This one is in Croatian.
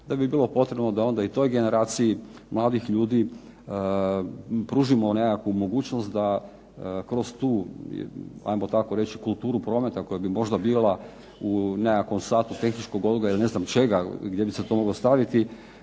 da bi bilo potrebno da onda i toj generaciji mladih ljudi pružimo nekakvu mogućnost da kroz tu hajmo tako reći kulturu prometa koja bi možda bila u nekakvom satu tehničkog odgoja ili ne znam čega gdje bi se to moglo staviti,